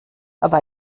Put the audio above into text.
aber